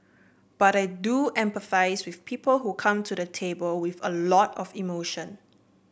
but I do empathise with people who come to the table with a lot of emotion